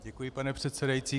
Děkuji, pane předsedající.